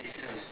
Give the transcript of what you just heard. I'm sorry